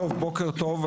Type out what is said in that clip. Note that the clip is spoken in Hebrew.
בוקר טוב,